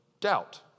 doubt